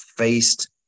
faced